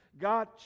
God